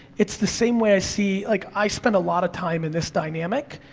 it's the same way i see, like, i spend a lot of time in this dynamic,